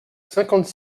cinquante